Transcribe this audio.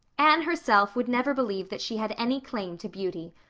anne herself would never believe that she had any claim to beauty.